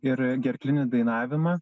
ir gerklinį dainavimą